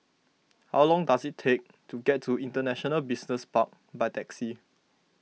how long does it take to get to International Business Park by taxi